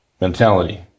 mentality